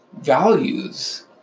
values